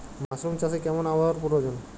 Mushroom চাষে কেমন আবহাওয়ার প্রয়োজন?